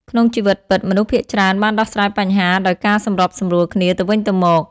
ក្នុងជីវិតពិត មនុស្សភាគច្រើនបានដោះស្រាយបញ្ហាដោយការសម្របសម្រួលគ្នាទៅវិញទៅមក។